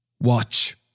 Watch